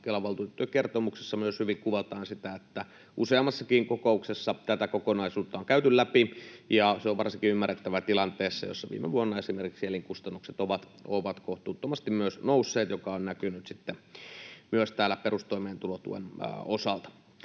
Kelan valtuutettujen kertomuksessa myös hyvin kuvataan sitä, että useammassakin kokouksessa tätä kokonaisuutta on käyty läpi, ja se on varsinkin ymmärrettävää tilanteessa, jossa esimerkiksi viime vuonna elinkustannukset ovat kohtuuttomasti nousseet, mikä on näkynyt myös perustoimeentulotuen osalta.